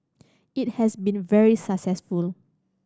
it has been very successful